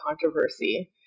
controversy